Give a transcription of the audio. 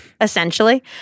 essentially